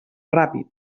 ràpid